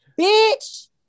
Bitch